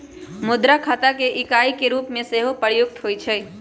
मुद्रा खता के इकाई के रूप में सेहो प्रयुक्त होइ छइ